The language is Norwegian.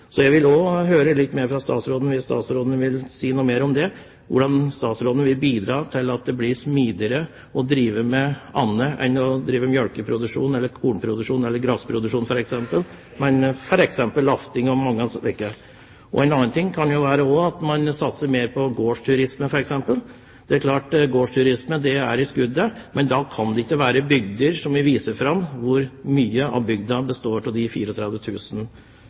Så jeg vil også gjerne høre litt mer – hvis statsråden vil si noe mer om det – om hvordan statsråden vil bidra til at det blir smidigere å drive med annet enn melkeproduksjon, kornproduksjon eller grasproduksjon, f.eks. lafting osv. Et annet eksempel kan jo være at man satser mer på gårdsturisme. Gårdsturisme er i skuddet, men da kan ikke bygdene vi viser fram, ha 34 000 gårdsbruk som står tomme. Jeg tror også det er viktig at vi